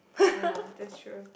ah that's true